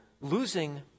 losing